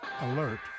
Alert